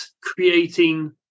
creating